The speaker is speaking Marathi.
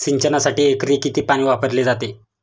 सिंचनासाठी एकरी किती पाणी वापरले जाते?